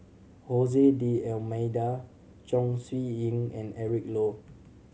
D'Almeida Chong Siew Ying and Eric Low